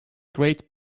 great